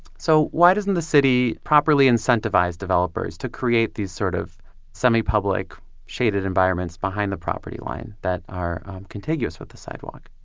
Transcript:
so why doesn't the city properly incentivize developers to create these sort of semi-public shaded environments behind the property line that are contiguous with the sidewalk?